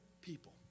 people